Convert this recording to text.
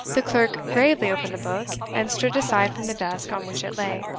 the clerk gravely opened the book, and stood aside from the desk on which it lay.